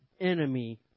enemy